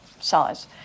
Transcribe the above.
size